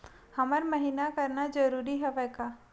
हर महीना करना जरूरी हवय का?